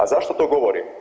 A zašto to govorim?